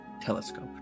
telescope